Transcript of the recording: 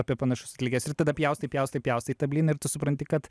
apie panašius atlikėjus ir tada pjaustai pjaustai pjaustai tą blyną ir tu supranti kad